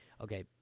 okay